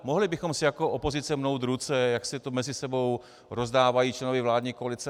Mohli bychom si jako opozice mnout ruce, jak si to mezi sebou rozdávají členové vládní koalice.